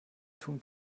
tun